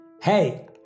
Hey